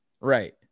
Right